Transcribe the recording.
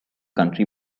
country